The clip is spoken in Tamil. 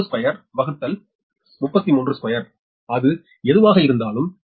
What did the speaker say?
21003030332அது எதுவாக இருந்தாலும் அது 0